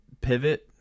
pivot